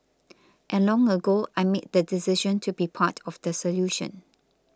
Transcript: and long ago I made the decision to be part of the solution